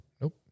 Nope